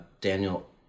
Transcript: Daniel